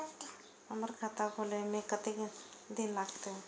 हमर खाता खोले में कतेक दिन लगते?